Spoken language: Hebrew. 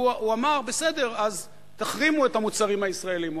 הוא אמר: בסדר, אז תחרימו את המוצרים הישראליים.